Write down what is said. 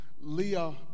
Leah